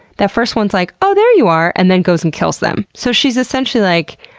the first one is like, oh, there you are! and then goes and kills them. so, she's essentially like,